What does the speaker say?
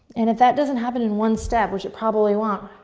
and if that doesn't happen in one step, which it probably won't,